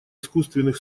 искусственных